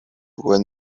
when